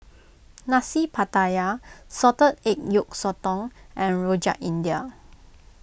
Nasi Pattaya Salted Egg Yolk Sotong and Rojak India